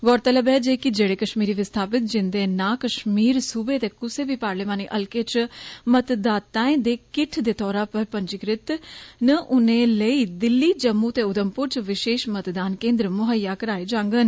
गौरतलब ऐ जे कि जेडे कष्मीरी विस्थापित जिन्दे ना कष्मीर सूबे दे कुसै बी पार्लियमानी हलके च मतदाताएं दे किह्न दे तौरा पर पंजिकृत न उनें लेई दिल्ली जम्मू ते उधमपुर च विषेश मतदान केन्द्र मुहैय्या कराए जांगन